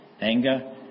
anger